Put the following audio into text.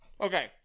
Okay